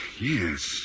Yes